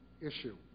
issue